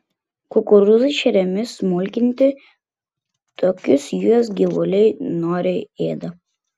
kukurūzai šeriami smulkinti tokius juos gyvuliai noriai ėda